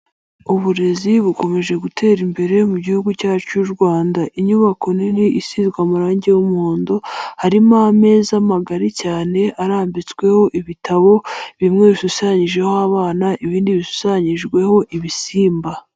Uburezi bukomeje gutera imbere mu gihugu cyacu cy'u Rwanda. Inyubako nini isizwe amarangi y'umuhondo harimo ameza magari cyane arambitsweho ibitabo bimwe bishushanyijweho abana ibindi bishushanyijweho ibisimba.